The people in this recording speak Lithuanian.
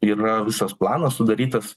yra visas planas sudarytas